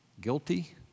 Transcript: guilty